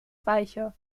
weicher